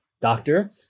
doctor